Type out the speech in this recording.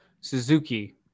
Suzuki